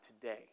today